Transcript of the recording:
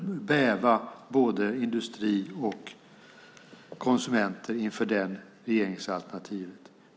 Både industri och konsumenter månde bäva inför det regeringsalternativet.